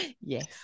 yes